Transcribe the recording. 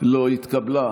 לא התקבלה.